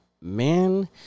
man